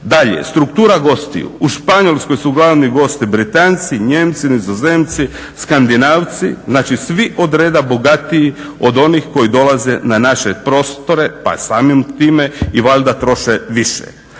Dalje, struktura gostiju u Španjolskoj su glavni gosti Britanci, Nijemci, Nizozemci, Skandinavci znači svi od reda bogatiji od onih koji dolaze na naše prostore pa samim time i valjda troše više.